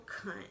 cunt